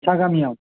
जायगानियाव